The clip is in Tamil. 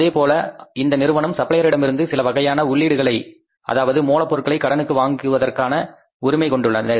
அதேபோல இந்த நிறுவனம் சப்ளையரிடமிருந்து சில வகையான உள்ளீடுகளை அதாவது மூலப் பொருட்களை கடனுக்கு வாங்குவதற்கான உரிமையை கொண்டுள்ளன